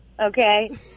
okay